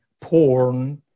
porn